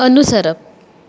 अनुसरप